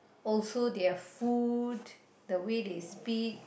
also their food and the way they speak